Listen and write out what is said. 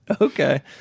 Okay